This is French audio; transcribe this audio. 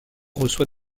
reçoit